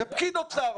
ופקיד אוצר,